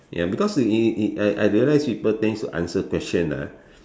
ya because I I realise people tends to answer question ah